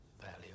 value